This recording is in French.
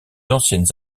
anciennes